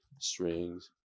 strings